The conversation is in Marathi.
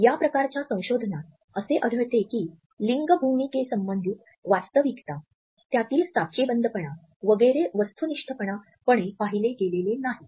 या प्रकारच्या संशोधनात असे आढळते की लिंग भूमिकेसंबंधित वास्तविकता त्यातील साचेबंदपणा वगैरे वस्तुनिष्ठपणे पाहिले गेलेले नाहीत